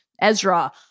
Ezra